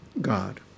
God